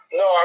no